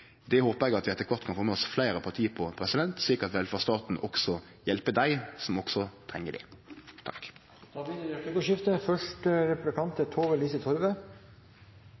Det håpar eg at vi etter kvart kan få med oss fleire parti på, slik at velferdsstaten også hjelper dei, som også treng det. Det blir replikkordskifte. Det høres kanskje ikke sånn ut på dialekten til